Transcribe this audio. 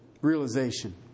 realization